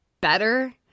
better